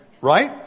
Right